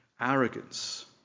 arrogance